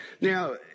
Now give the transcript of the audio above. Now